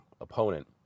opponent